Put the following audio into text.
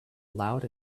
loud